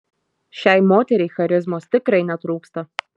šiai moteriai charizmos tikrai netrūksta